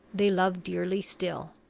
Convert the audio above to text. they love dearly still.